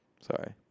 sorry